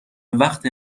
وقت